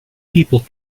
people